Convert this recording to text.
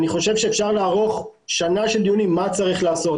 אני חושב שאפשר לערוך שנה של דיונים מה אפשר לעשות,